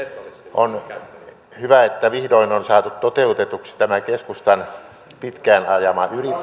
on hyvä että vihdoin on saatu toteutetuksi tämä keskustan pitkään ajama